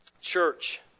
church